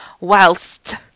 whilst